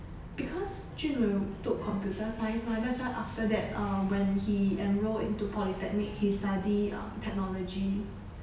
because jun wei took computer science mah that's why after that uh when he enrolled into polytechnic he study uh technology